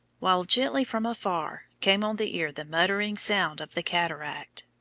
while gently from afar came on the ear the muttering sound of the cataract.